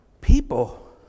people